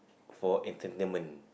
for entertainment